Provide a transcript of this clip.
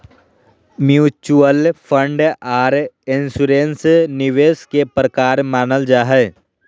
mutual fund आर insurance निवेश के प्रकार मानल जा हय